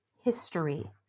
history